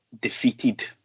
defeated